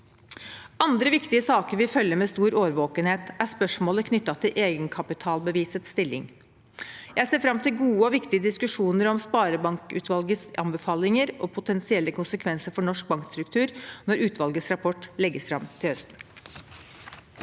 annen viktig sak vi følger med stor årvåkenhet, er spørsmålet knyttet til egenkapitalbevisets stilling. Jeg ser fram til gode og viktige diskusjoner om sparebankutvalgets anbefalinger og potensielle konsekvenser for norsk bankstruktur når utvalgets rapport legges fram til høsten.